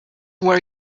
were